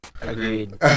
Agreed